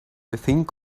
think